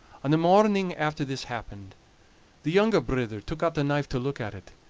on the morning after this happened the younger brither took out the knife to look at it,